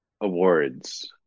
awards